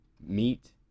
meat